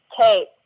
Kate